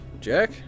Jack